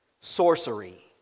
sorcery